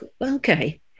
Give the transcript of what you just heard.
okay